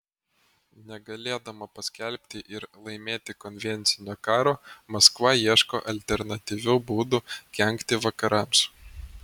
negalėdama paskelbti ir laimėti konvencinio karo maskva ieško alternatyvių būdų kenkti vakarams